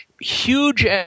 Huge